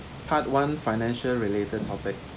part one financial related topic